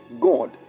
God